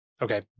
Okay